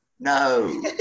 No